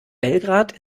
belgrad